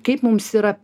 kaip mums yra